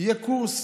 יהיה קורס